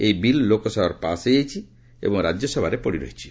ଏହି ବିଲ୍ ଲୋକସଭାରେ ପାସ୍ ହୋଇଯାଇଛି ଏବଂ ରାଜ୍ୟସଭାରେ ପଡ଼ି ରହିଛି